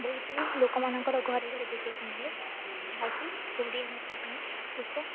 ବହୁତ ହିଁ ଲୋକମାନଙ୍କର ଘରେ ଘରେ ଦେଖିବାକୁ ମିଳେ ଯାହାକି ଓଡ଼ିଆ ଭାଷା ପାଇଁ ଏକ